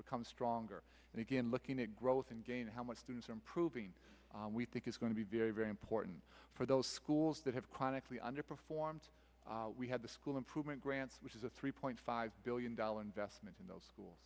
become stronger and again looking at growth and gain how much students are improving we think is going to be very very important for those schools that have chronically underperformed we had the school improvement grants which is a three point five billion dollars investment in those schools